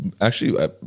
actually-